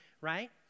right